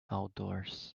outdoors